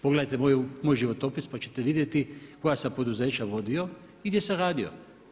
Pogledajte moj životopis pa ćete vidjeti koja sam poduzeća vodio i gdje sam radio.